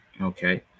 Okay